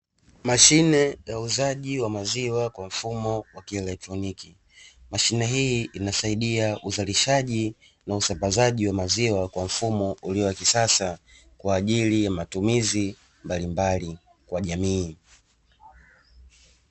Mashine ya uuzaji wa maziwa kwa mfumo wa kielektroniki, mashine hii inasaidia uzalishaji na usambazaji wa maziwa kwa mfumo ulio wa kisada kwa ajili ya mtumizi mbalimbali kwa jamii.